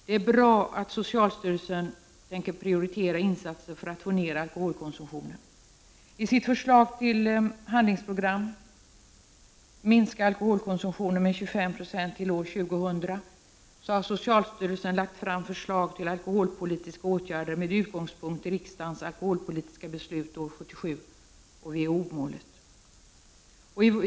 Det är bra att socialstyrelsen tänker prioritera insatser för att få ned alkoholkonsumtionen. I sitt förslag till handlingsprogram ”Minska alkoholkonsumtionen med 25 96 till år 2000” har socialstyrelsen lagt fram förslag till alkoholpolitiska åtgärder med utgångspunkt i riksdagens alkoholpolitiska beslut år 1977 och WHO-målet.